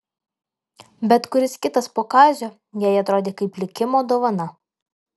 bet kuris kitas po kazio jai atrodė kaip likimo dovana